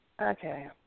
Okay